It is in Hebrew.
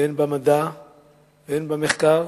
הן במדע והן במחקר,